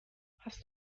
hast